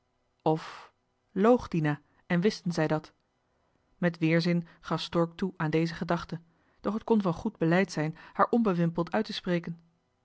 of loog dina en wisten zij dat met weerzin gaf stork toe aan deze gedachte doch het kon van goed beleid zijn haar onbewimpeld uit te spreken